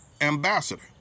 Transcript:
ambassador